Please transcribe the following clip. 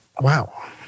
Wow